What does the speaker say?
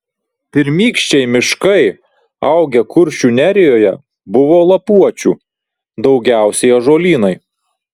pirmykščiai miškai augę kuršių nerijoje buvo lapuočių daugiausiai ąžuolynai